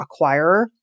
acquirer